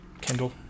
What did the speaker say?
Kendall